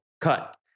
cut